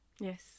Yes